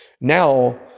now